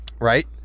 Right